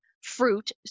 fruit